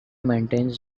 maintains